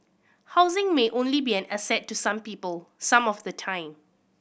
housing may only be an asset to some people some of the time